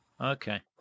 Okay